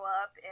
up